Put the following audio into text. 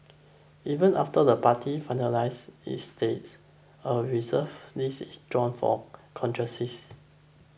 even after the party finalises its slate a Reserve List is drawn for contingencies